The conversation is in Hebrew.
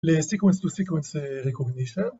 ל-sequence-to-sequence recognition